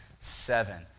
seven